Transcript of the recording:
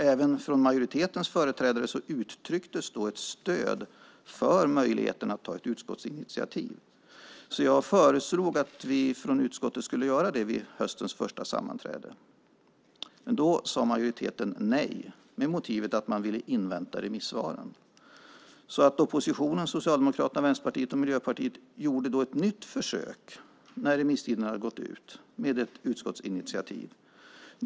Även från majoritetens företrädare uttrycktes då ett stöd för möjligheten att ta ett utskottsinitiativ, så jag föreslog att vi från utskottet skulle göra det vid höstens första sammanträde. Men då sade majoriteten nej med motivet att man ville invänta remissvaren. Oppositionen, Socialdemokraterna, Vänsterpartiet och Miljöpartiet, gjorde då ett nytt försök med ett utskottsinitiativ när remisstiden hade gått ut.